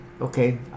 Okay